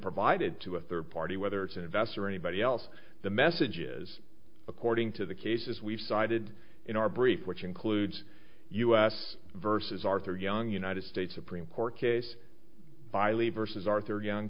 provided to a third party whether it's an investor or anybody else the message is according to the cases we've cited in our brief which includes us versus arthur young united states supreme court case by lee versus arthur young